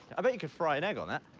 i bet you could fry an egg on that.